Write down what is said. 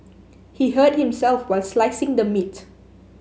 he hurt himself while slicing the meat